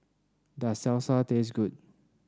does Salsa taste good